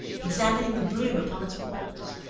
examining the bloom upon its walls,